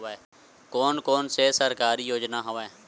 कोन कोन से सरकारी योजना हवय?